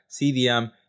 CDM